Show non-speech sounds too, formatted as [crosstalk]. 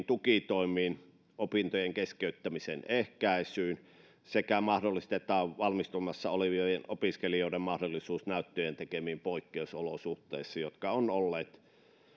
[unintelligible] tukitoimiin opintojen keskeyttämisen ehkäisyyn sekä valmistumassa olevien opiskelijoiden mahdollisuuteen näyttöjen tekemiseen poikkeusolosuhteissa jotka ovat olleet